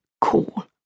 cool